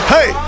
Hey